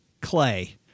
Clay